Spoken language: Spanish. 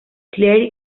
clair